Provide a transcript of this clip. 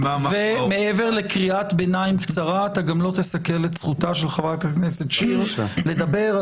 מעבר לקריאת ביניים קצרה אתה גם לא תסכן את זכותה של חה"כ שיר לדבר.